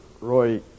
Roy